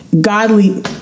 godly